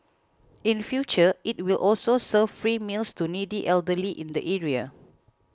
in future it will also serve free meals to needy elderly in the area